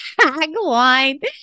tagline